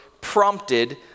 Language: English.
prompted